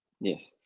Yes